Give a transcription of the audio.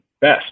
best